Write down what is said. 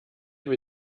will